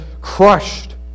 crushed